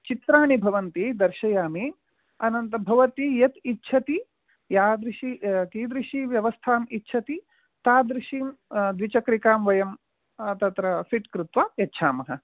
चित्राणि भवन्ति दर्शयामि अनन्तरं भवती यद् इच्छति यादृशी कीदृशी व्यवस्थाम् इच्छति तादृशीं द्विचक्रिकां वयं तत्र फिट् कृत्वा यच्छामः